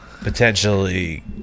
potentially